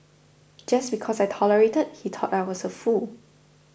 just because I tolerated he thought I was a fool